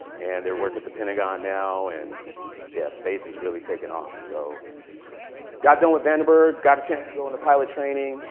and they're working at the pentagon now. and yeah, space is really taking off. so got done with vandenberg, got a chance to go into pilot training,